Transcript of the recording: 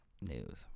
news